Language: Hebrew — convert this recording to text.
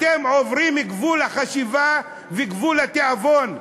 אתם עוברים את גבול החשיבה וגבול התיאבון.